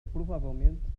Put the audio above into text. provavelmente